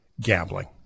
gambling